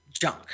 junk